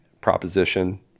proposition